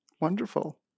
Wonderful